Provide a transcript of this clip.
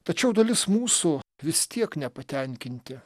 tačiau dalis mūsų vis tiek nepatenkinti